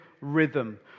rhythm